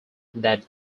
that